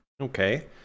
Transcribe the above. okay